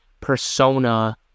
persona